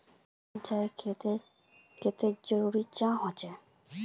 सिंचाईर खेतिर केते चाँह जरुरी होचे?